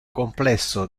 complesso